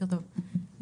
בוקר טוב,